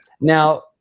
now